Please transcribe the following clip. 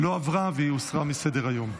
לא עברה, והיא הוסרה מסדר-היום.